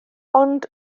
ond